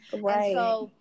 Right